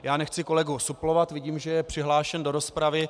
Já nechci kolegu suplovat, vidím, že je přihlášen do rozpravy.